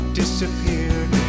disappeared